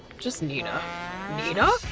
just nina nina!